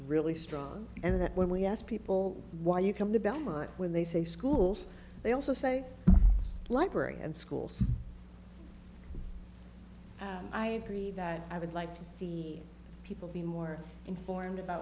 really strong and that when we ask people why you come to belmont when they say schools they also say library and schools i agree that i would like to see people be more informed about